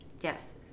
Yes